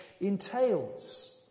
entails